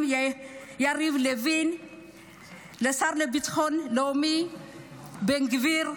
יריב לוין ולשר לביטחון לאומי בן גביר,